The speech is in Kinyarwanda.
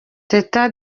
teta